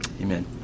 amen